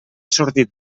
sortit